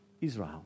israel